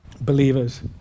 believers